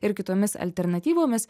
ir kitomis alternatyvomis